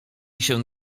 się